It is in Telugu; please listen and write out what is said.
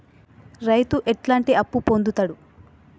రైతు ఎట్లాంటి అప్పు పొందుతడు?